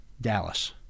Dallas